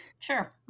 Sure